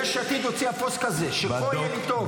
יש עתיד הוציאה פוסט כזה, שכה יהיה לי טוב.